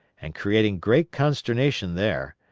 and creating great consternation there.